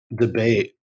debate